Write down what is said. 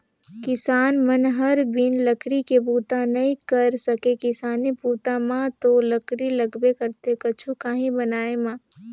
किसान मन हर बिन लकरी के बूता नइ कर सके किसानी बूता म तो लकरी लगबे करथे कुछु काही बनाय म